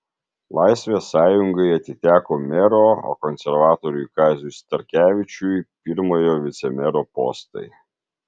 laisvės sąjungai atiteko mero o konservatoriui kaziui starkevičiui pirmojo vicemero postai